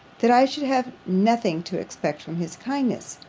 that i should have nothing to expect from his kindness.